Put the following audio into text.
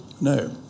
No